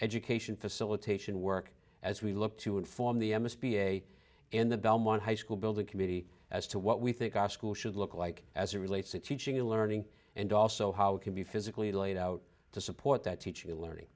education facilitation work as we look to inform the m s p a in the belmont high school building committee as to what we think our school should look like as a relates to teaching and learning and also how it can be physically laid out to support that teaching and learning